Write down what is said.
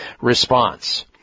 response